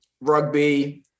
rugby